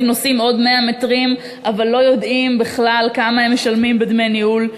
נוסעים עוד 100 מטרים אבל לא יודעים בכלל כמה הם משלמים בדמי ניהול,